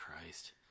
Christ